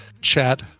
chat